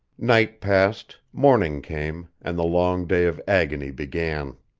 night passed, morning came, and the long day of agony began.